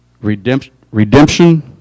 redemption